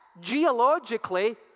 geologically